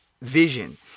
vision